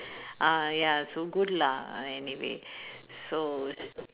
ah ya so good lah uh anyway so